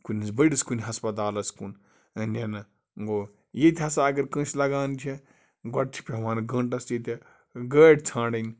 کُنِس بٔڈِس کُنہِ ہَسپَتالَس کُن نِنہٕ گوٚو ییٚتہِ ہَسا اَگر کٲنٛسہِ لَگان چھِ گۄڈٕ چھِ پٮ۪وان گٲنٛٹَس ییٚتہِ گٲڑۍ ژھانٛڈٕنۍ